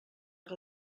que